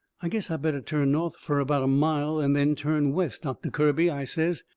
i guess i better turn north fur about a mile and then turn west, doctor kirby, i says,